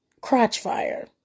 Crotchfire